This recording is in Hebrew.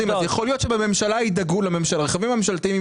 ויכול להיות שבממשלה ידאגו לרכבים הממשלתיים,